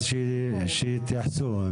אז שיתייחסו.